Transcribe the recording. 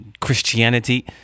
Christianity